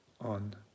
on